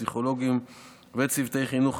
פסיכולוגים וצוותי חינוך,